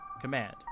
command